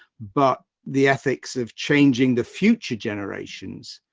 but the ethics of changing the future generations,